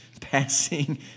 passing